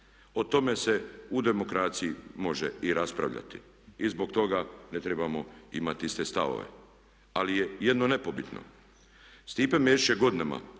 o tome se u demokraciji može i raspravljati. I zbog toga ne trebamo imati iste stavove. Ali je jedno nepobitno, Stipe Mesić je godinama